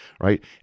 right